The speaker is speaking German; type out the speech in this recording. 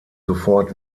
sofort